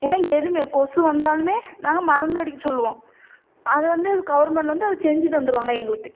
ஏனால் இங்கே எதுவும் கொசு வந்தாலுமே நாங்கள் மருந்தடிக்க சொல்லுவோம் அதை வந்து கவர்மெண்டில் வந்து அதை செஞ்சு தந்துடுவாங்க எங்களுக்கு